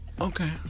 okay